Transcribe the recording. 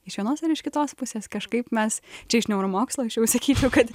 iš vienos ar iš kitos pusės kažkaip mes čia iš neuromokslo aš jau sakyčiau kad